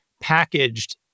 packaged